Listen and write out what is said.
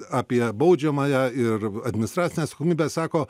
apie baudžiamąją ir administracinę atsakomybę sako